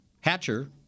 Hatcher